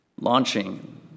launching